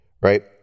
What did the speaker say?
right